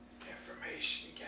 Information